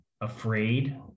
afraid